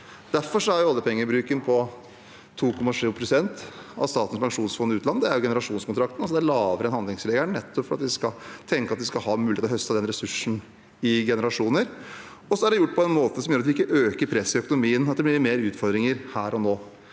Derfor er oljepengebruken på 2,7 pst. av Statens pensjonsfond utland. Det er generasjonskontrakten, og det er lavere enn handlingsregelen, nettopp fordi vi tenker at vi skal høste av den ressursen i generasjoner. Dette er gjort på en måte som gjør at vi ikke øker presset i økonomien, slik at det blir flere utfordringer her og nå.